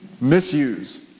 misuse